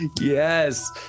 Yes